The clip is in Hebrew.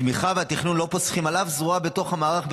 התמיכה והתכנון לא פוסחים על אף זרוע בתוך המערך,